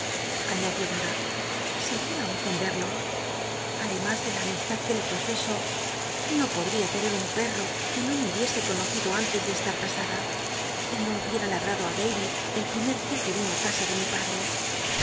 dora seria ofenderlo ademas de la ami lad ue le profeso no podria tener un perro que no me hubiese conocido antes de esta casada y no hubieta ladrado á david el primer di a que vino ú casa de mi padre